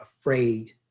afraid